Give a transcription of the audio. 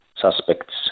suspects